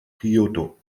kyōto